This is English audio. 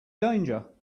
danger